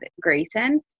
Grayson